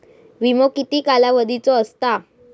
विमो किती कालावधीचो असता?